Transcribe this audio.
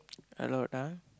a lot ah